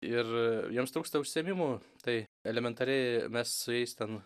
ir jiems trūksta užsiėmimų tai elementariai mes su jais ten